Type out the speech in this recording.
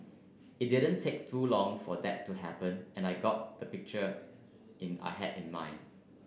it didn't take too long for that to happen and I got the picture in I had in mind